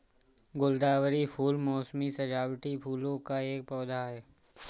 गुलदावरी फूल मोसमी सजावटी फूलों का एक पौधा है